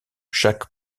chaque